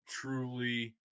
truly